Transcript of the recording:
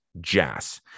jazz